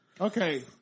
Okay